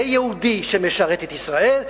זה יהודי שמשרת את ישראל,